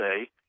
say